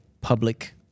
public